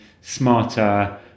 smarter